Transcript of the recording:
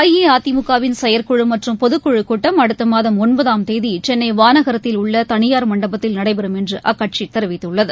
அஇஅதிமுகவின் செயற்குழு மற்றும் பொதுக்குழு கூட்டம் அடுத்த மாதம் ஒன்பதாம் தேதி சென்னை வானகரத்தில் உள்ள தனியார் மண்டபத்தில் நடைபெறும் என்று அக்கட்சி தெரிவித்துள்ளது